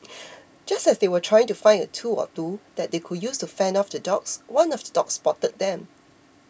just as they were trying to find a tool or two that they could use to fend off the dogs one of the dogs spotted them